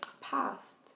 past